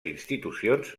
institucions